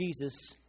Jesus